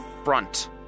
Front